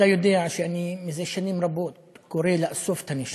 אתה יודע שזה שנים אני רבות קורא לאסוף את הנשק,